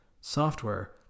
software